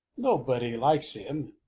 nobody likes him.